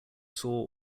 saw